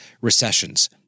recessions